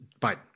Biden